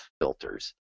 filters